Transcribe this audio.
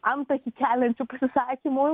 antakį keliančių pasisakymų